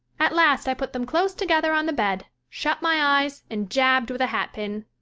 at last i put them close together on the bed, shut my eyes, and jabbed with a hat pin.